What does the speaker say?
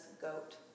goat